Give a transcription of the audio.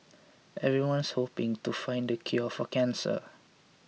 everyone's hoping to find the cure for cancer